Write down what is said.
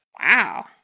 Wow